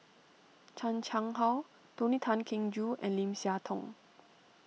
Chan Chang How Tony Tan Keng Joo and Lim Siah Tong